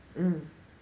mm